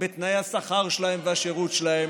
בתנאי השכר שלהם והשירות שלהם,